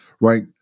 right